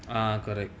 ah correct